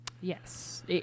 Yes